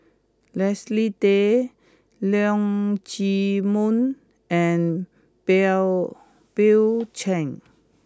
Leslie Tay Leong Chee Mun and Bill Bill Chen